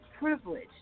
privilege